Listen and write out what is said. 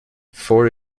for